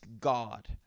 God